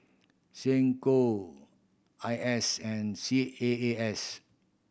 SecCom I S and C A A S